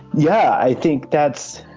yeah, i think that's.